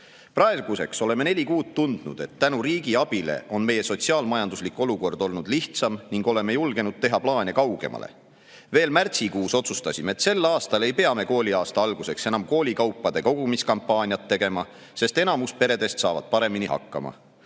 Praeguseks oleme neli kuud tundnud, et tänu riigi abile on meie sotsiaal-majanduslik olukord olnud lihtsam ning oleme julgenud teha plaane kaugemale. Veel märtsikuus otsustasime, et sel aastal ei pea me kooliaasta alguseks enam koolikaupade kogumiskampaaniat tegema, sest enamus peredest saavad paremini hakkama.